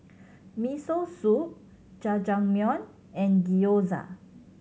Miso Soup Jajangmyeon and Gyoza